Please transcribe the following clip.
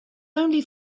only